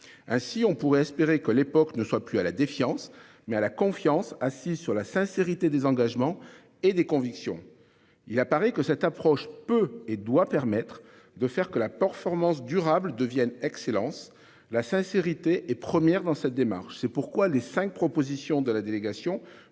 Ainsi, on pourrait espérer que l'époque ne soit plus à la défiance mais à la confiance. Assis sur la sincérité des engagements et des convictions, il apparaît que cette approche peut et doit permettre de faire que la performance durable devienne excellence la sincérité et première dans cette démarche. C'est pourquoi les 5 propositions de la délégation